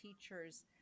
teachers